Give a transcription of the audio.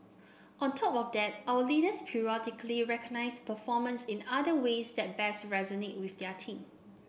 on top of that our leaders periodically recognise performance in other ways that best resonate with their team